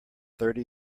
thirty